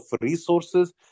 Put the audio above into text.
resources